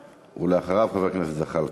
ואחריהם, חבר הכנסת זחאלקה.